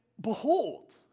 behold